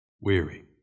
weary